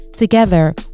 Together